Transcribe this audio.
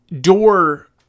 door